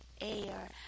air